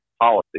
policy